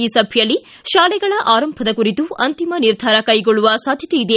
ಈ ಸಭೆಯಲ್ಲಿ ಶಾಲೆಗಳ ಆರಂಭದ ಕುರಿತು ಅಂತಿಮ ನಿರ್ಧಾರ ಕೈಗೊಳ್ಳುವ ಸಾಧ್ಯತೆಯಿದೆ